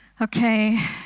Okay